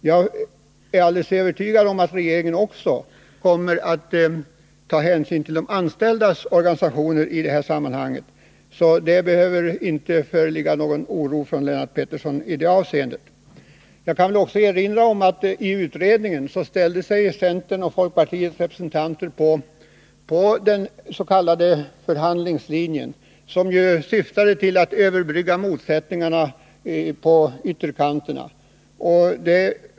Jag är alldeles övertygad om att regeringen i detta sammanhang också kommer att ta hänsyn till de anställdas organisationer, så Lennart Pettersson behöver inte hysa någon oro i det avseendet. Jag kan också erinra om att centerns och folkpartiets representanter i utredningen ställde sig bakom den s.k. förhandlingslinjen, som syftade till att överbrygga motsättningarna mot ytterkanterna.